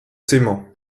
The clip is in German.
zimmer